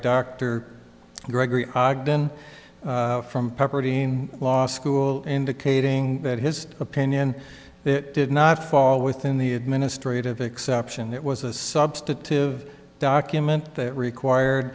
dr gregory ogden from property in law school indicating that his opinion that did not fall within the administrative exception that was a substantive document that required